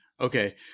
okay